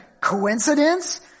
coincidence